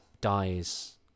dies